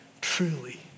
Truly